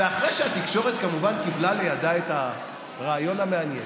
ואחרי שהתקשורת כמובן קיבלה לידה את הרעיון המעניין,